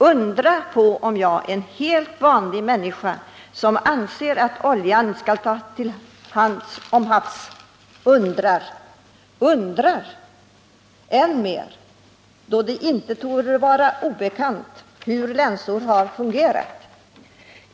Undra på om jag, en helt vanlig människa, som anser att oljan skall tas om hand till havs, undrar — undrar än mer, då det inte torde vara obekant hur länsor har fungerat.